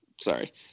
sorry